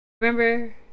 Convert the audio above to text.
Remember